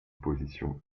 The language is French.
position